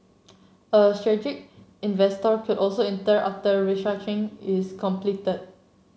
a strategic investor could also enter after restructuring is completed